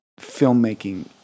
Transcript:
filmmaking